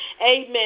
amen